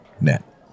net